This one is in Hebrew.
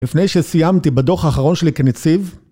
לפני שסיימתי בדוח האחרון שלי כנציב